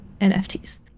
NFTs